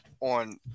on